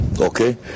okay